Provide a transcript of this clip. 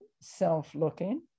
self-looking